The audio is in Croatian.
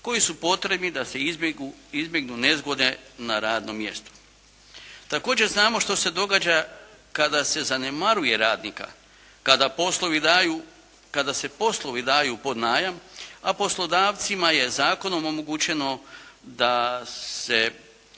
koji su potrebni da se izbjegnu nezgode na radnom mjestu. Također znamo što se događa kada se zanemaruje radnika, kada se poslovi daju pod najam, a poslodavcima je zakonom omogućeno da se